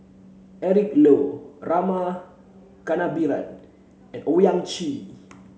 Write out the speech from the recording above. Eric Low Rama Kannabiran and Owyang Chi